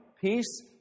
peace